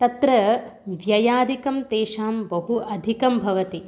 तत्र व्ययादिकं तेषां बहु अधिकं भवति